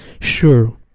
Sure